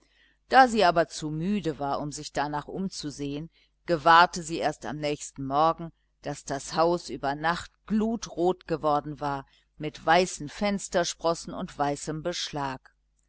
da sie aber zu müde war um sich danach umzusehen gewahrte sie erst am nächsten morgen daß das haus über nacht glutrot geworden war mit weißen fenstersprossen und weißem beschlag